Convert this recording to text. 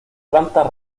plantas